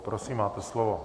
Prosím, máte slovo...